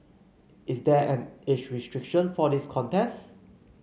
is there an age restriction for this contest